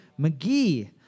McGee